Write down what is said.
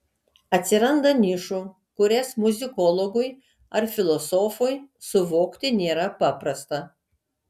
atsiranda nišų kurias muzikologui ar filosofui suvokti nėra paprasta